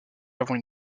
avant